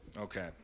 Okay